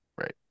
Right